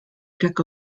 deco